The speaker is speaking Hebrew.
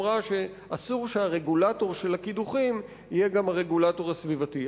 שאסור שהרגולטור של הקידוחים יהיה גם הרגולטור הסביבתי.